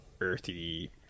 earthy